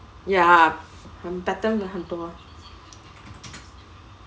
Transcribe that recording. ya pattern 很多